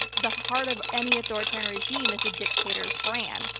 the heart of any authoritarian regime is a dictator's brand.